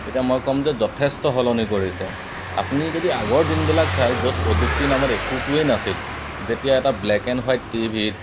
তেতিয়া মই ক'ম যে যথেষ্ট সলনি কৰিছে আপুনি যদি আগৰ দিনবিলাক চায় য'ত প্ৰযুক্তিৰ নামত একোটোৱেই নাছিল যেতিয়া এটা ব্লেক এণ্ড হোৱাইট টিভিত